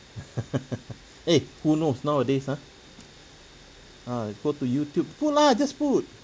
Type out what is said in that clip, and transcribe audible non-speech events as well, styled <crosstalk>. <laughs> eh who knows nowadays ah ah go to youtube put lah just put